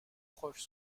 proches